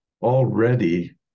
already